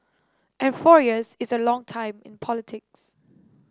and four years is a long time in politics